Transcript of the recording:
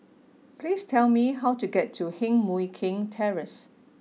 please tell me how to get to Heng Mui Keng Terrace